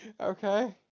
Okay